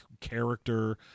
character